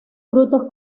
frutos